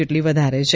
જેટલી વધારે છે